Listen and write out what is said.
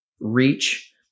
reach